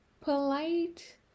polite